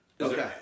Okay